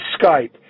Skype